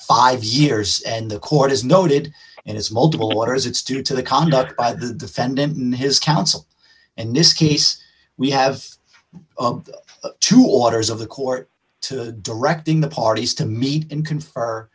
five years and the court has noted in his multiple orders it's due to the conduct of the defendant and his counsel and this case we have two orders of the court to directing the parties to meet and confer